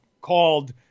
called